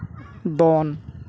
ᱫᱚᱱ